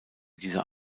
dieser